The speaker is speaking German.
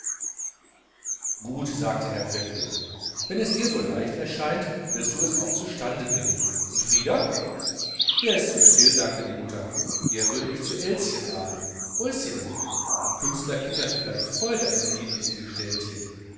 gut sagte herr pfäffling wenn es dir so leicht erscheint wirst du es auch zustande bringen und frieder der ist zu still sagte die mutter eher würde ich zu elschen raten wo ist sie denn ein künstlerkind hat vielleicht freude an dem niedlichen